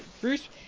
Bruce